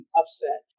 upset